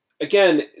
again